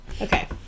okay